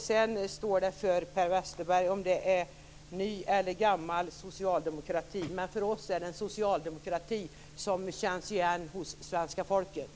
Sedan får det stå för Per Westerberg om det är ny eller gammal socialdemokrati, men för oss är det en socialdemokrati som känns igen av svenska folket.